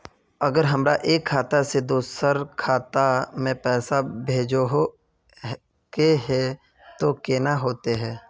अगर हमरा एक खाता से दोसर खाता में पैसा भेजोहो के है तो केना होते है?